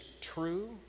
true